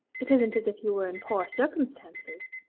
it isn't as if you were in poor circumstances